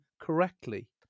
correctly